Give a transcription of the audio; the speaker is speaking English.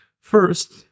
First